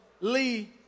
Lee